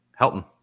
Helton